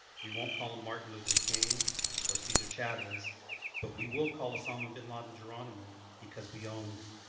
we won't call him martin luther king or caesar chavez but we will call osama bin laden geronimo because we own you.